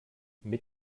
mit